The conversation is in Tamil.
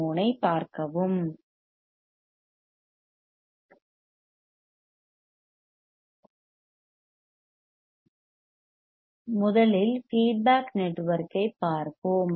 முதலில் ஃபீட்பேக் நெட்வொர்க்கைப் பார்ப்போம்